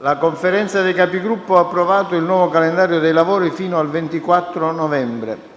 La Conferenza dei Capigruppo ha approvato il nuovo calendario dei lavori fino al 24 novembre.